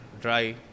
dry